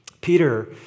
Peter